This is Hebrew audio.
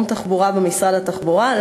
לפיתוח תשתיות ותיאום תחבורתי במשרד התחבורה.